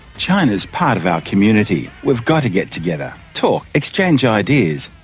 china's part of our community. we've got to get together, talk, exchange ideas,